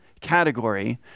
category